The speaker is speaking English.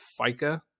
FICA